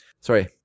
Sorry